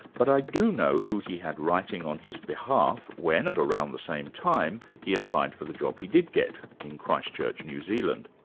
but i do know who he had writing on his behalf when, at around the same time, he applied for the job he did get, in christchurch, new zealand.